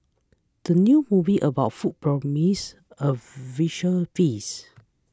the new movie about food promises a visual feast